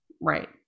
right